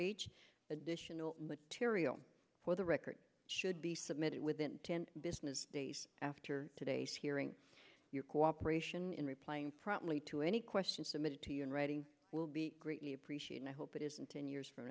for additional material for the record should be submitted within ten business days after today's hearing your cooperation in replying promptly to any questions submitted to you in writing will be greatly appreciated i hope it isn't ten years